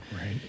Right